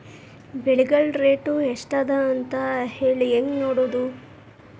ಬೆಳೆಗಳ ರೇಟ್ ಎಷ್ಟ ಅದ ಅಂತ ಹೇಳಿ ಹೆಂಗ್ ನೋಡುವುದು?